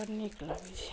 बड़ नीक लागैए ह